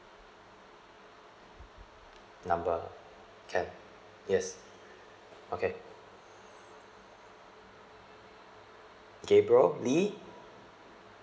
number can yes okay gabriel lee